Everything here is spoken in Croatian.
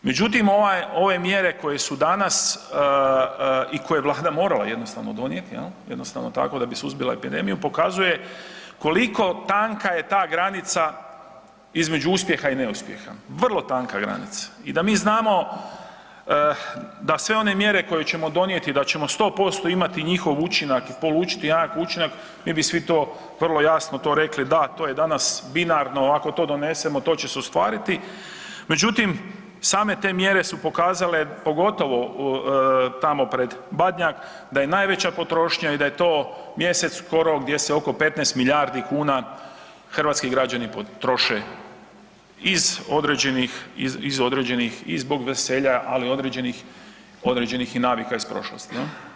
Međutim, ovaj, ove mjere koje su danas i koje je Vlada morala jednostavno donijeti, jednostavno tako da bi suzbija epidemiju, pokazuje koliko tanka je ta granica između uspjeha i neuspjeha, vrlo tanka granica i da mi znamo da sve one mjere koje ćemo donijeti, da ćemo 100% imati njihov učinak i polučiti jak učinak, mi bi svi to vrlo jasno to rekli, da, to je danas binarno, ako to donesemo, to će se ostvariti, međutim, same te mjere su pokazale, pogotovo tamo pred Badnjak da je najveća potrošnja i da je to mjesec skoro gdje se oko 15 milijardi kuna hrvatski građani troše iz određenih i zbog veselja, ali određenih i navika iz prošlosti.